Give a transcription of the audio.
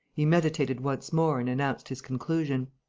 he meditated once more and announced his conclusion